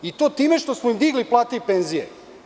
I to time što smo im digli plate i penzije.